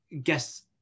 guess